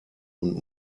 und